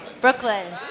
Brooklyn